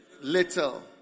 little